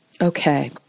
Okay